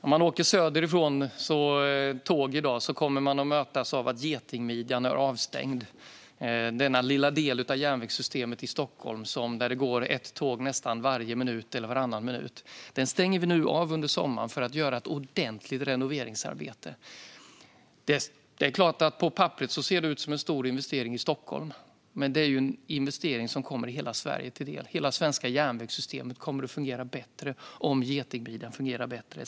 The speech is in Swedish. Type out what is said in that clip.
Om man åker tåg söderifrån i dag möts man av att getingmidjan är avstängd. Det är den lilla del av järnvägssystemet i Stockholm där det går ett tåg nästan varje minut eller varannan minut. Den stängs nu av under sommaren för att ett ordentligt renoveringsarbete ska göras. Det är klart att det på papperet ser ut som en stor investering i Stockholm, men det är en investering som kommer hela Sverige till del. Hela det svenska järnvägssystemet kommer att fungera bättre om getingmidjan fungerar bättre.